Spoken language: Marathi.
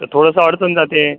तर थोडंसं ऑडच होऊन जाते